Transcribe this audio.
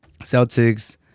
Celtics